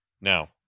Now